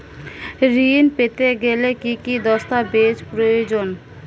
ঋণ পেতে গেলে কি কি দস্তাবেজ প্রয়োজন?